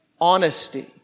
honesty